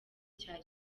cya